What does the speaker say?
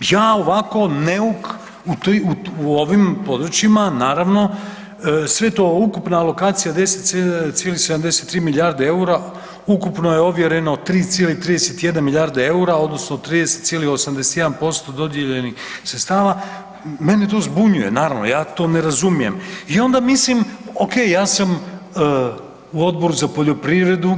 Ja ovako neuk u ovim područjima naravno, sve je to ukupna alokacija 10,73 milijarde eura, ukupno je ovjereno 3,31 milijarda eura odnosno 3,81% dodijeljenih sredstava, mene to zbunjuje, naravno ja to ne razumijem i onda mislim ok ja sam u Odboru za poljoprivredu